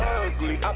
ugly